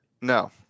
no